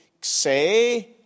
say